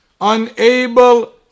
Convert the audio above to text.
unable